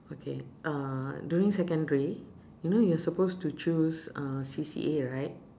okay uh during secondary you know you're supposed to choose uh C_C_A right